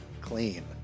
clean